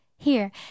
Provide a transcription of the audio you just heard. Here